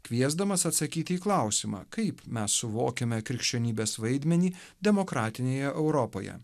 kviesdamas atsakyti į klausimą kaip mes suvokiame krikščionybės vaidmenį demokratinėje europoje